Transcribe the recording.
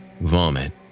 vomit